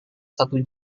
satu